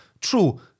true